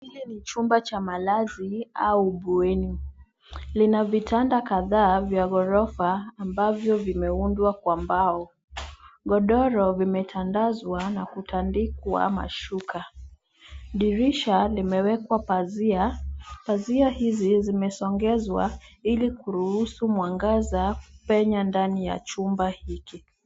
Hili ni chumba cha malazi au bweni. Lina vitanda kadhaa vya ghorofa ambavyo vimeundwa kwa mbao. Godoro limetandazwa na kutandikwa mashuka. Dirisha limewekwa pazia. Pazia hizi zimesongezwa ili kuruhusu mwangaza kupenya ndani ya chumba hiki.